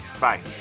Bye